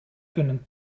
kunnen